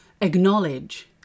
acknowledge